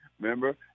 remember